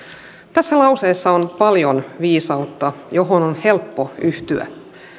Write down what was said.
tässä lauseessa on paljon viisautta johon on helppo yhtyä